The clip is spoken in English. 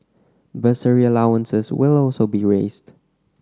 bursary allowances will also be raised